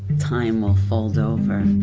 time will fold over.